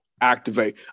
activate